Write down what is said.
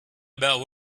about